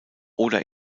oder